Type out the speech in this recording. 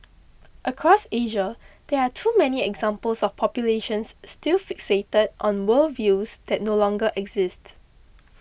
across Asia there are too many examples of populations still fixated on worldviews that no longer exist